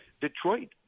Detroit